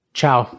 Ciao